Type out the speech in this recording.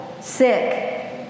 sick